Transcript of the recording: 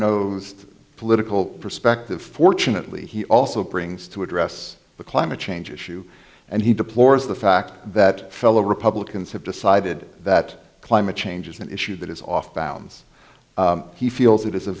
nosed political perspective fortunately he also brings to address the climate change issue and he deplores the fact that fellow republicans have decided that climate change is an issue that is off balance he feels it is a